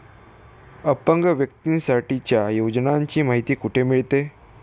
अपंग व्यक्तीसाठीच्या योजनांची माहिती कुठे मिळेल?